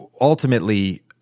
ultimately